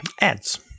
ads